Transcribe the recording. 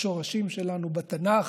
בשורשים שלנו, בתנ"ך.